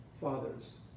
fathers